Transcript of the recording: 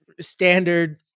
standard